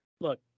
look